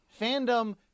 Fandom